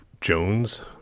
Jones